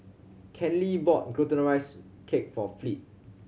Kenley bought Glutinous Rice Cake for Fleet